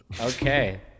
Okay